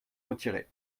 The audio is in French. retiré